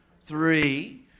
three